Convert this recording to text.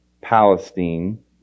Palestine